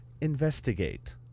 investigate